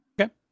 Okay